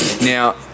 Now